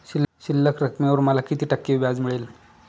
शिल्लक रकमेवर मला किती टक्के व्याज मिळेल?